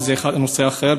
זה נושא אחר,